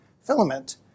filament